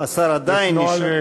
השר עדיין נשאר.